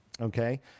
okay